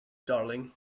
darling